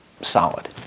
solid